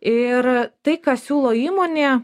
ir tai ką siūlo įmonė